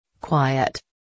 Quiet